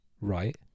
Right